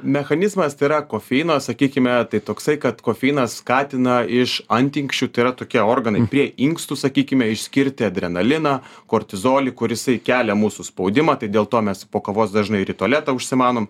mechanizmas tai yra kofeino sakykime tai toksai kad kofeinas skatina iš antinksčių tai yra tokie organai prie inkstų sakykime išskirti adrenaliną kortizolį kur jisai kelia mūsų spaudimą tai dėl to mes po kovos dažnai ir į tualetą užsimanom